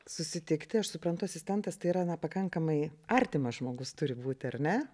susitikti aš suprantu asistentas tai yra na pakankamai artimas žmogus turi būti ar ne